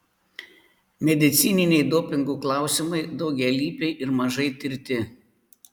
medicininiai dopingų klausimai daugialypiai ir mažai tirti